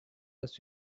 was